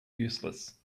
useless